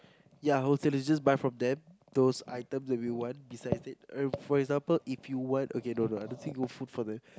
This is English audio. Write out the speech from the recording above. ya wholesale is just buy from them those items that we want besides it uh for example if you want okay no no I don't think you want food from there